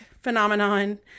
phenomenon